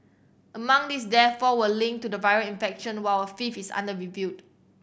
among these death four were linked to the viral infection while a fifth is under reviewed